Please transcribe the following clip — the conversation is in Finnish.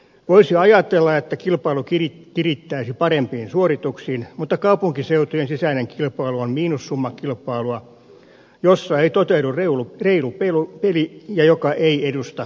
voisi ajatella että kilpailu kirittäisi parempiin suorituksiin mutta kaupunkiseutujen sisäinen kilpailu on miinussummakilpailua jossa ei toteudu reilu peli ja joka ei edistä vastuullista toimintaa